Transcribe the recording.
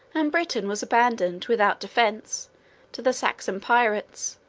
and britain was abandoned without defence to the saxon pirates,